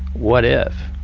what if?